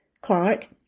Clark